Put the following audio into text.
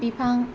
बिफां